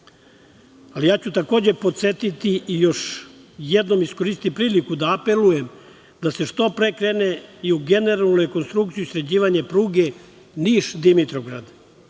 ja ću podsetiti i još jednom iskoristiti priliku da apelujem da se što pre krene i u generalnu rekonstrukciju, sređivanje pruge Niš-Dimitrovgrad